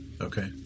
Okay